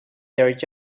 their